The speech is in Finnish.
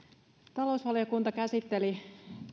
talousvaliokunta käsitteli